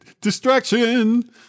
distraction